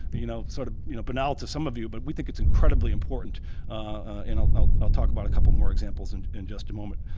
you know, sort of you know banal to some of you but we think it's incredibly important and i'll i'll talk about a couple more examples and in just a moment.